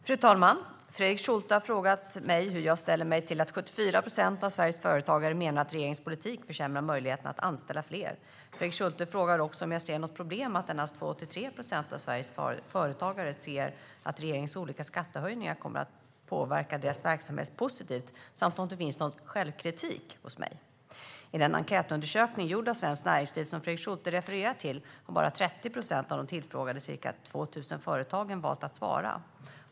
Fru talman! Fredrik Schulte har frågat mig hur jag ställer mig till att 74 procent av Sveriges företagare menar att regeringens politik försämrar möjligheterna att anställa fler. Fredrik Schulte frågar också om jag ser något problem med att endast 2-3 procent av Sveriges företagare ser att regeringens olika skattehöjningar kommer att påverka deras verksamhet positivt samt om det finns någon självkritik hos mig. I den enkätundersökning gjord av Svenskt Näringsliv som Fredrik Schulte refererar till har bara 30 procent av de tillfrågade ca 2 000 företagen valt att svara.